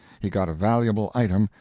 he got a valuable item,